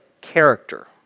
character